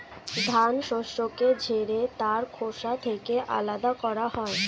ধান শস্যকে ঝেড়ে তার খোসা থেকে আলাদা করা হয়